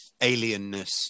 alienness